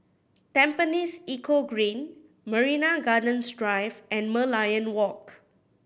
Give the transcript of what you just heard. Tampines Eco Green Marina Gardens Drive and Merlion Walk